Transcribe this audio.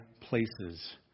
places